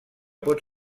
pot